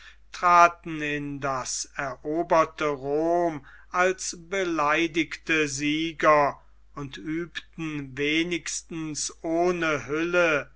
traten in das eroberte rom als beleidigte sieger und übten wenigstens ohne hülle